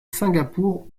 singapour